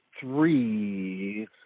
three